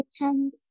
attend